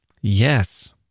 Yes